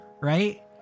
Right